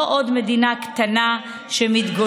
לא עוד מדינה קטנה שמתגוננת,